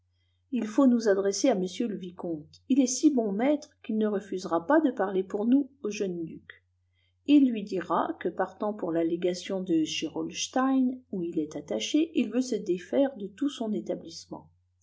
il faut nous adresser à m le vicomte il est si bon maître qu'il ne refusera pas de parler pour nous au jeune duc il lui dira que partant pour la légation de gerolstein où il est attaché il veut se défaire de tout son établissement